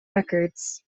records